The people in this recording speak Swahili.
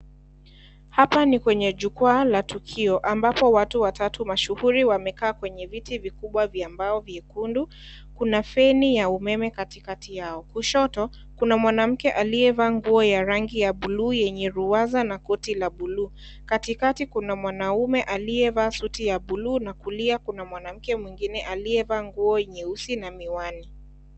Hapa ni kwenye jukuwa la tukio, ambapo watu watatu mashuhuri wamekaa kwenye viti vikubwa vya mbao vyekundu, kuna feni ya umeme katikati yao. Kushoto, kuna mwanamke aliyevaa ya nguo ya rangi bluu yenye luwaza na koti la bluu . Katikati kuna mwanaume aliyevaa ya suti ya bluu , na kulia kuna mwanamke mwingine aliyevaa nguo nyeusi na miwani.